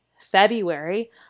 February